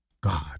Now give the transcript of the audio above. God